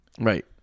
Right